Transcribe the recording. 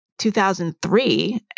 2003